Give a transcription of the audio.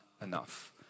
enough